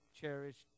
cherished